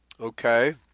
Okay